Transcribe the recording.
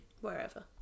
Wherever